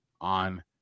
on